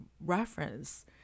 reference